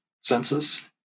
census